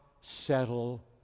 settle